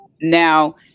now